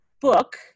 book